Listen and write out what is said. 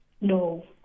No